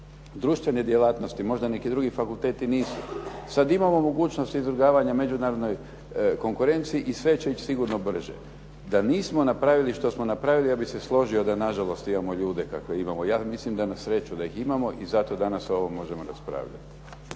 društvene djelatnosti, možda neki drugi fakulteti nisu. Sad imamo mogućnost izrugavanja međunarodnoj konkurenciji i sve će ići sigurno brže. Da nismo napravili što smo napravili ja bih se složio da nažalost imamo ljude kakve imamo. Ja mislim da je na sreću da ih imamo i zato danas o ovome možemo raspravljati.